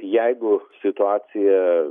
jeigu situacija